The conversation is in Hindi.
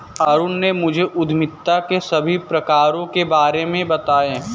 अरुण ने मुझे उद्यमिता के सभी प्रकारों के बारे में बताएं